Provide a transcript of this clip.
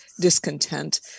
discontent